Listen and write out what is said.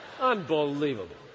Unbelievable